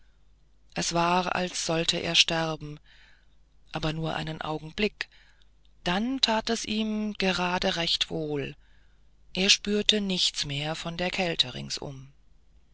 es war als sollte er sterben aber nur einen augenblick dann that es ihm gerade recht wohl er spürte nichts mehr von der kälte ringsumher